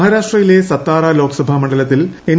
മഹാരാഷ്ട്രയിലെ സത്താറാ ലോക്സഭാ മണ്ഡലത്തിൽ എൻ